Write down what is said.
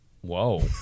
Whoa